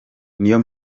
niyo